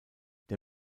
der